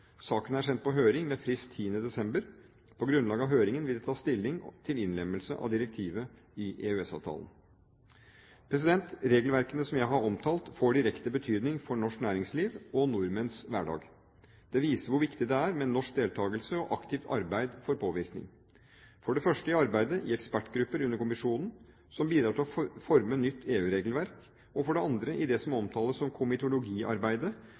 Saken er sendt på høring med frist den 10. desember. På grunnlag av høringen vil det tas stilling til innlemmelse av direktivet i EØS-avtalen. Regelverkene som jeg har omtalt, får direkte betydning for norsk næringsliv og nordmenns hverdag. Det viser hvor viktig det er med norsk deltakelse og aktivt arbeid for påvirkning – for det første i arbeidet i ekspertgrupper under kommisjonen, som bidrar til å forme nytt EU-regelverk, og for det andre i det som omtales som komitologiarbeidet,